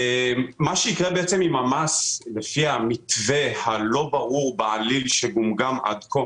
מה שיקרה עם המס לפי המתווה הלא ברור בעליל שגומגם עד כה